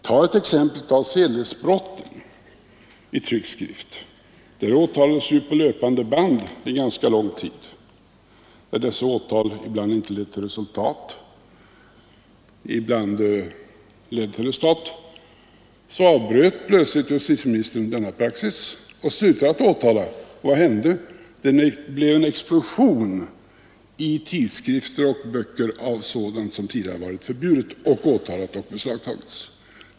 Tag t.ex. sedlighetsbrotten i tryckt skrift! Där åtalades på löpande band under en ganska lång tid. Dessa åtal ledde ibland till resultat men ibland ledde de inte till resultat, Så avbröt justitieministern plötsligt denna praxis och slutade åtala. Vad hände? Jo, det blev en explosion i tidskrifter och böcker av sådant som tidigare varit förbjudet, som hade åtalats och beslagtagits.